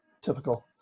Typical